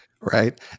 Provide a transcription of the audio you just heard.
Right